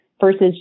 versus